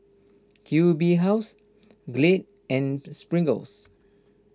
Q B House Glade and